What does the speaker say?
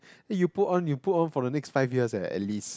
then you put on you put on for the next first years eh at least